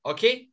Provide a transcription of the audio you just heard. Okay